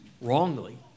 wrongly